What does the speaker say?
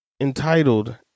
entitled